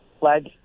pledge